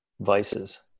vices